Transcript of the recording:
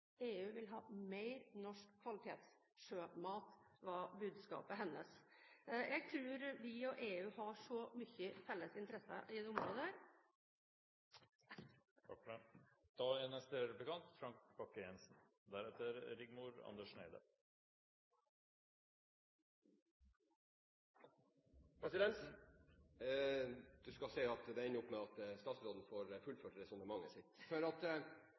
EU vil ha mer norsk kvalitetssjømat, var budskapet hennes. Jeg tror vi og EU har så mange felles interesser i dette området, at … Du skal se det ender opp med at statsråden får fullført resonnementet sitt. Det argumenteres fra norsk side med at